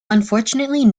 unfortunately